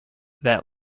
that